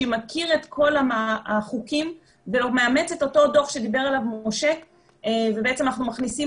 שמכיר את כל החוקים ומאמץ את אותו דוח שדיבר עליו משה ובעצם אנחנו מכניסים